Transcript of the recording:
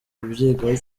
kubyigaho